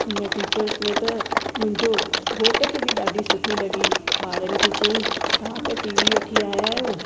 हुन फीचर्स में त मुंहिंजो घोट खे बि ॾाढी सुठी लॻी ॿारनि खे चईं छा त टीवी वठी आया आहियो